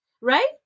Right